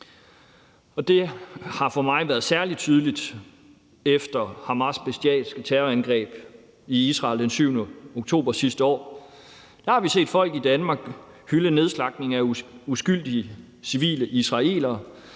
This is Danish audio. Det har for mig været særlig tydeligt efter Hamas' bestialske terrorangreb i Israel den 7. oktober sidste år. Der har vi set folk i Danmark hylde nedslagtning af uskyldige civile israelere,